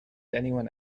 anyone